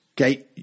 okay